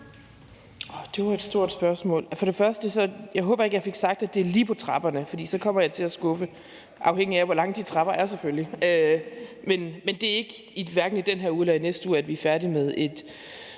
Det var et stort spørgsmål. For det første håber jeg ikke, jeg fik sagt, at det var lige på trapperne, for så kommer jeg til at skuffe – afhængigt af hvor lange de trapper er, selvfølgelig. Men det bliver hverken i den her uge eller i næste uge, vi er færdige med et